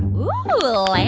ooh,